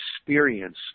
experience